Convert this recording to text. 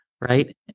right